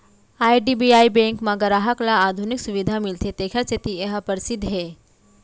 IDBI bank म गराहक ल आधुनिक सुबिधा मिलथे तेखर सेती ए ह परसिद्ध हे